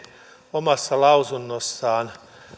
omassa lausunnossaan